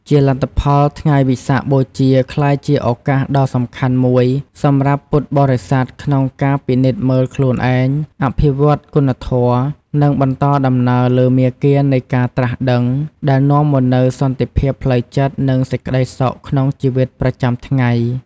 ជាលទ្ធផល ថ្ងៃវិសាខបូជាក្លាយជាឱកាសដ៏សំខាន់មួយសម្រាប់ពុទ្ធបរិស័ទក្នុងការពិនិត្យមើលខ្លួនឯង អភិវឌ្ឍគុណធម៌ និងបន្តដំណើរលើមាគ៌ានៃការត្រាស់ដឹង ដែលនាំមកនូវសន្តិភាពផ្លូវចិត្ត និងសេចក្តីសុខក្នុងជីវិតប្រចាំថ្ងៃ។